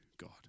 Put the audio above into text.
God